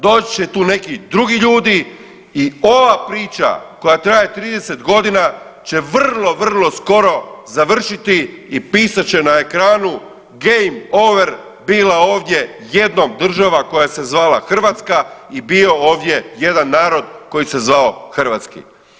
Doći će tu neki drugi ljudi i ova priča koja traje 30 godina će vrlo, vrlo skoro završiti i pisat će na ekranu game over, bila jednom ovdje država koja se zvala Hrvatska i bio ovdje jedan narod koji se zvao hrvatski.